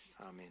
Amen